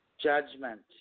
judgment